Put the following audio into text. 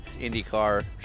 IndyCar